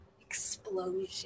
explosion